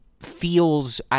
feels